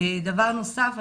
דבר נוסף,